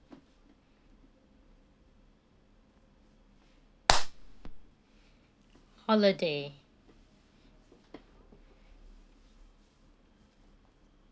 holiday